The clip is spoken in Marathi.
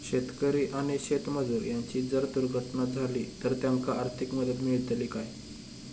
शेतकरी आणि शेतमजूर यांची जर दुर्घटना झाली तर त्यांका आर्थिक मदत मिळतली काय?